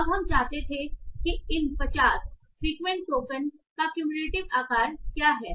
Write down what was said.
अब हम चाहते थे कि इन 50 फ्रिक्वेंट टोकन का cumulative आकार क्या है